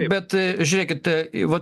bet žiūrėkit va